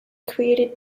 created